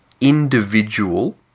individual